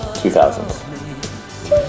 2000s